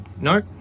no